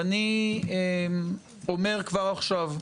אני אומר כבר עכשיו,